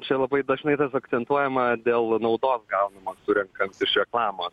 čia labai dažnai tas akcentuojama dėl naudos gaunama surenkant iš reklamos